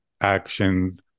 actions